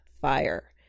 fire